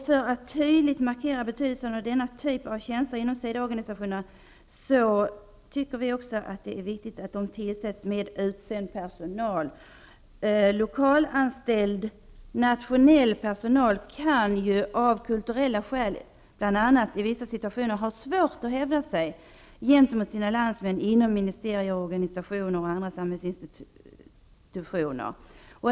För att tydligt markera betydelsen av denna typ av tjänster inom SIDA:s organisation menar vi att det är viktigt att man på dessa tjänster tillsätter utsänd personal. Lokalanställd, nationell personal kan ju av bl.a. kulturella skäl i vissa situationer ha svårt att hävda sig gentemot sina landsmän inom ministerier, organisationer och andra samhällsinstitutioner.